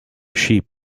sheep